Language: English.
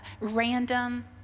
random